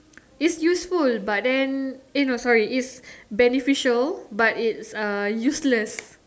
is useful but then eh no sorry is beneficial but it's uh useless